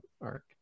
arc